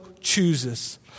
chooses